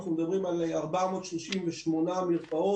אנחנו מדברים על 468 מרפאות,